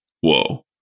Whoa